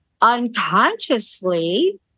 unconsciously